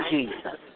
Jesus